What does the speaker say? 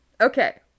okay